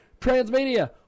Transmedia